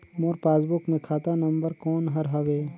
मोर passbook मे खाता number कोन हर हवे?